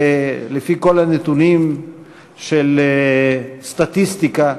ולפי כל הנתונים של הסטטיסטיקה,